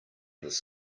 this